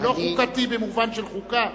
לא חוקתי במובן של חוקה,